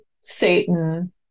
Satan